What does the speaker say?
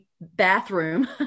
bathroom